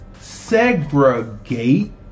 segregate